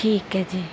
ਠੀਕ ਹੈ ਜੀ